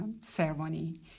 ceremony